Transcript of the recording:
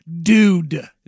dude